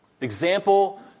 Example